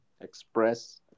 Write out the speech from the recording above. express